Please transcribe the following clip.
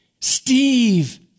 Steve